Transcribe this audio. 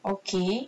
okay